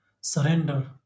surrender